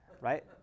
right